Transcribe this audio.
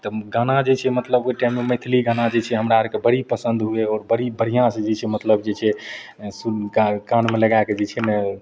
तऽ गाना जे छै मतलब ओहि टाइममे मैथिलि गाना जे छै हमरा आरके बड़ी पसन्द हुवै आओर बड़ी बढ़िऑं सँ जे छै मतलब जे छै सुर कानमे लगाए कऽ जे छै ने